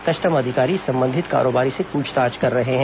custom अधिकारी संबंधित कारोबारी से पूछताछ कर रहे हैं